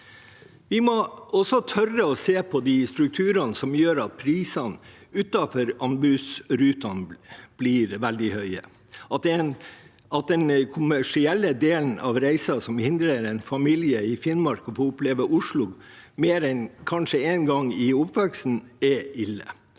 Vi må også tørre å se på de strukturene som gjør at prisene utenfor anbudsrutene blir veldig høye, at den kommersielle delen av reisen, som hindrer en familie i Finnmark å få oppleve Oslo mer enn kanskje én gang i oppveksten, er ille.